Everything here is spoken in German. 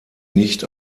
nicht